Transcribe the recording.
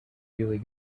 really